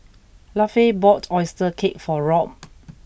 Lafe bought Oyster Cake for Rob